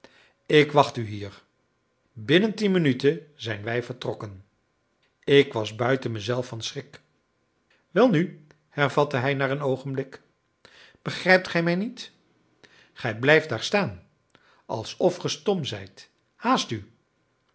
ik wacht u hier binnen tien minuten zijn wij vertrokken ik was buiten mezelf van schrik welnu hervatte hij na een oogenblik begrijpt gij mij niet gij blijft daar staan alsof ge stom zijt haast u